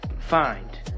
find